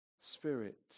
spirit